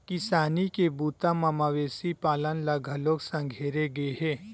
किसानी के बूता म मवेशी पालन ल घलोक संघेरे गे हे